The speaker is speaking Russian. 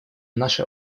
наша